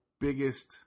biggest